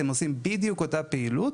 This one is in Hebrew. הם עושים בדיוק אותה פעילות,